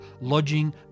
lodging